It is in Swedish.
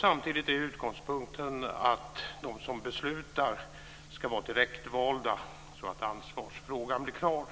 Samtidigt är utgångspunkten att de som beslutar ska vara direktvalda så att ansvarsfrågan blir klar.